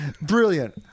Brilliant